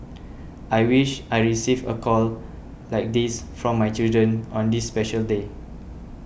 I wish I receive a call like this from my children on this special day